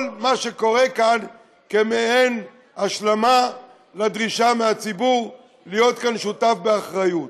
מה שקורה כאן כמעין השלמה לדרישה מהציבור להיות כאן שותף באחריות.